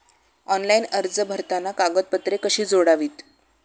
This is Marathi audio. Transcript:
ऑनलाइन अर्ज भरताना कागदपत्रे कशी जोडावीत?